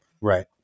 Right